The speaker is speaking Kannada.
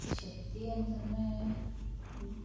ಶಕ್ತಿ ಅಂತಂದರೆ